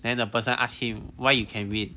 then the person asked him why you can win